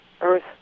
earth